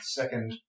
second